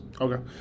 Okay